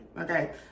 okay